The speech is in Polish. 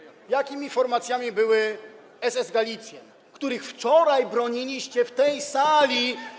Jakimi formacjami były SS Galizien, których wczoraj broniliście w tej sali?